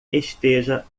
esteja